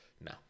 No